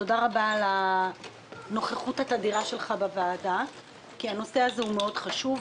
תודה רבה על הנוכחות התדירה שלך בוועדה כי הנושא הזה הוא מאוד חשוב,